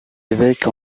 évêques